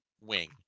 wing